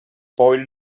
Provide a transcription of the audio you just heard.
boy